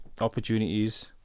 Opportunities